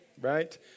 right